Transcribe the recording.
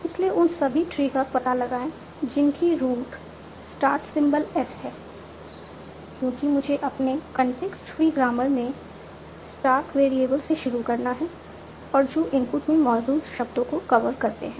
इसलिए उन सभी ट्री का पता लगाएं जिनकी रूट स्टार्ट सिंबल एस है क्योंकि मुझे अपने Context free ग्रामर में स्टार्ट वेरिएबल से शुरू करना है और जो इनपुट में मौजूद शब्दों को कवर करते हैं